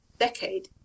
decade